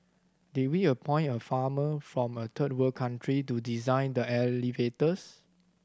did we appoint a farmer from a third world country to design the elevators